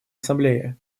ассамблее